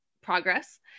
progress